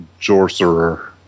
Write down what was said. jorcerer